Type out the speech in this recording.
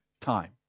time